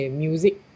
music